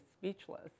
speechless